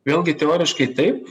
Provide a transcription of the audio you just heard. vėlgi teoriškai taip